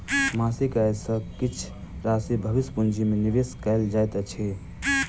मासिक आय सॅ किछ राशि भविष्य पूंजी में निवेश कयल जाइत अछि